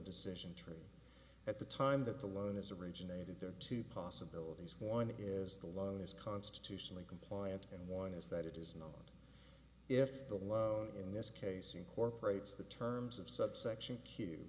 decision tree at the time that the loan is originated there are two possibilities one is the loan is constitutionally compliant and one is that it is known if the law in this case incorporates the terms of subsection